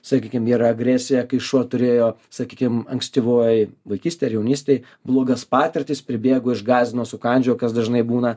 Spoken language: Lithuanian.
sakykim yra agresija kai šuo turėjo sakykim ankstyvoj vaikystėj ar jaunystėj blogas patirtis pribėgo išgąsdino sukandžiojo kas dažnai būna